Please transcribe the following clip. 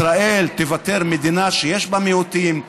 ישראל תיוותר מדינה שיש בה מיעוטים.